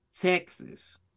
Texas